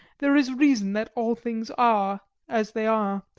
there is reason that all things are as they are,